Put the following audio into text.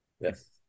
Yes